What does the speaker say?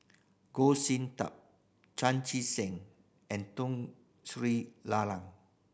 Goh Sin Tub Chan Chee Seng and Tun Sri Lanang